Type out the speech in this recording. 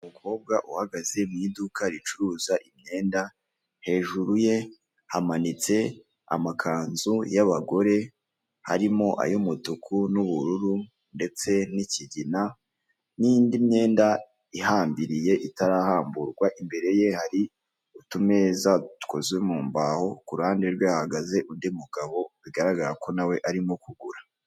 Umukobwa uhagaze mu iduka ricuruza imyenda, hejuru ye hamanitse amakanzu y'abagore harimo ay'umutuku, n'ubururu, ndetse n'ikigina, n'indi myenda ihambiriye itarahamburwa, imbere ye hari utumeza dukozwe mu mbaho, ku ruhande rwe hahagaze undi mugabo bigaragara ko nawe arimo kugura.